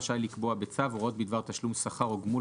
רשאי לקבוע בצו הוראות בדבר תשלום שכר או גמול